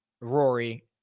Rory